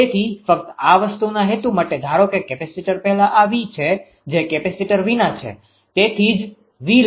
તેથી ફક્ત આ વસ્તુના હેતુ માટે ધારો કે કેપેસીટર પહેલા આ V છે જે કેપેસિટર વિના છે તેથી જ V લખ્યું છે